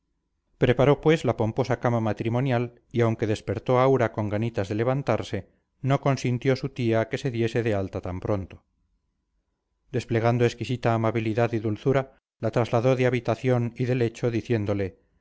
preparó pues la pomposa cama matrimonial y aunque despertó aura con ganitas de levantarse no consintió su tía que se diese de alta tan pronto desplegando exquisita amabilidad y dulzura la trasladó de habitación y de lecho diciéndole